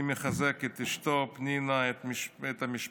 אני מחזק את אשתו פנינה, את המשפחה,